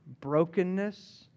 brokenness